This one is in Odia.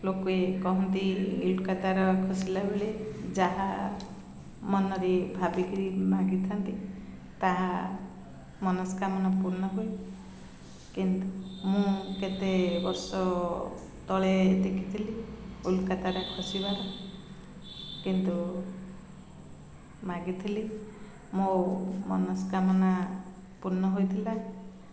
ଲୋକେ କହନ୍ତି ଉଲ୍କା ତାରା ଖସିଲା ବେଳେ ଯାହା ମନରେ ଭାବିକିରି ମାଗିଥାନ୍ତି ତାହା ମନସ୍କାମନା ପୂର୍ଣ୍ଣ ହୁଏ କିନ୍ତୁ ମୁଁ କେତେ ବର୍ଷ ତଳେ ଦେଖିଥିଲି ଉଲ୍କା ତାରା ଖସିବାର କିନ୍ତୁ ମାଗି ଥିଲି ମୋ ମନସ୍କାମନା ପୂର୍ଣ୍ଣ ହୋଇଥିଲା